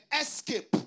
escape